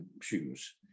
shoes